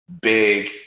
big